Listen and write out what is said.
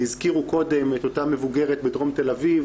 הזכירו קודם את אותה מבוגרת בדרום תל אביב